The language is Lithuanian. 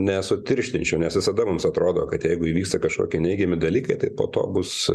nesutirštinčiau nes visada mums atrodo kad jeigu įvyksta kažkokie neigiami dalykai tai po to bus